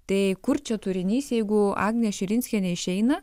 tai kur čia turinys jeigu agnė širinskienė išeina